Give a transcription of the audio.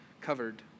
covered